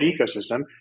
ecosystem